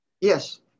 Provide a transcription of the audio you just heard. Yes